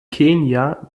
kenia